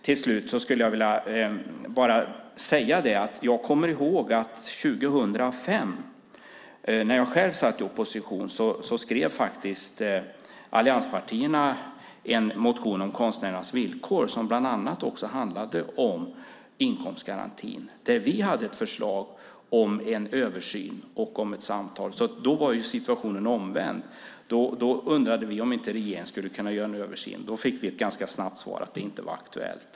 Till slut skulle jag vilja säga att jag kommer ihåg att allianspartierna 2005 när vi satt i opposition skrev en motion om konstnärernas villkor som bland annat handlade om inkomstgarantin. Vi hade ett förslag om en översyn och om ett samtal. Då var situationen omvänd. Vi undrade om regeringen skulle kunna göra en översyn. Vi fick ganska snabbt ett svar att det inte var aktuellt.